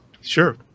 Sure